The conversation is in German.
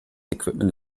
equipment